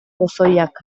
pozoiak